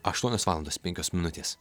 aštuonios valandos penkios minutės